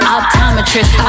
Optometrist